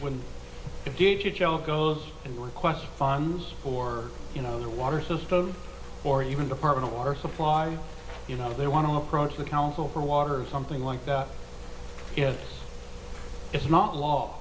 you did your job goes and requests funds or you know the water system or even department of water supply you know they want to approach the council for water something like that if it's not law